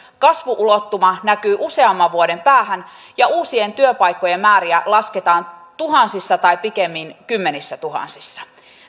kasvu ulottuma näkyy useamman vuoden päähän ja uusien työpaikkojen määriä lasketaan tuhansissa tai pikemmin kymmenissätuhansissa